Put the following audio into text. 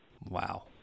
Wow